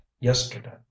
yesterday